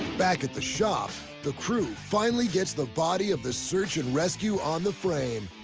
back at the shop, the crew finally gets the body of the search and rescue on the frame.